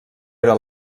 era